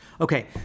Okay